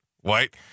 white